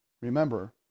Remember